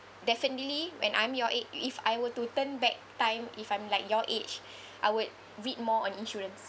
definitely when I'm your ag~ if I were to turn back time if I'm like your age I would read more on insurance